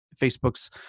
Facebook's